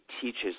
teaches